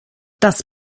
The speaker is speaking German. das